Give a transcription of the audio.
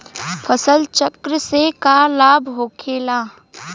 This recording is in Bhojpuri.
फसल चक्र से का लाभ होखेला?